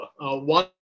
One